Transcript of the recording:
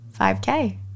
5K